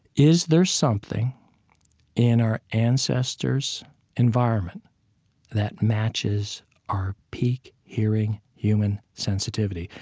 is there something in our ancestors' environment that matches our peak hearing human sensitivity?